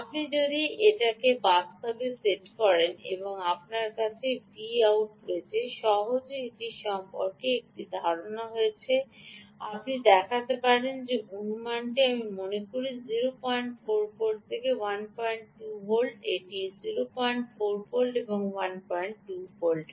আপনি যদি সেটাকে বাস্তবে সেট করেন তবে এটি আপনার কাছে Vset রয়েছে সহজ এটি সম্পর্কে একটি ধারণা রয়েছে আপনি দেখতে পারেন যে অনুমানটি আমি মনে করি এটি 04 এবং এটি 12 ভোল্ট এটি 04 ভোল্ট এবং 12 ভোল্ট